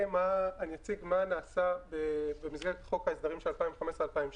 אני אציג מה נעשה במסגרת חוק ההסדרים של 2015-2016